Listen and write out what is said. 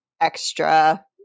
extra